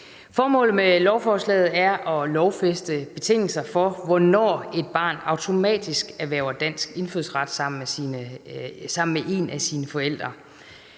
Formålet med lovforslaget er at lovfæste betingelser for, hvornår et barn automatisk erhverver dansk indfødsret sammen med en af sine forældre.